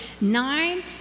nine